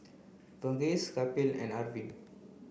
Verghese Kapil and Arvind